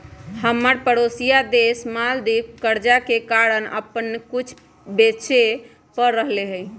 हमर परोसिया देश मालदीव कर्जा के कारण अप्पन कुछो बेचे पड़ रहल हइ